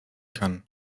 kann